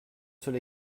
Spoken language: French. seul